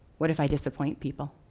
what if i disappoint people?